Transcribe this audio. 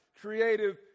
creative